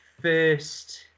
first